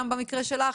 גם במקרה שלך,